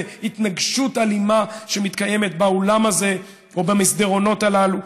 התנגשות אלימה שמתקיימת באולם הזה או במסדרונות הללו.